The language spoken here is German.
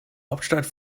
hauptstadt